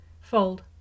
Fold